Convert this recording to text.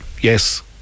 yes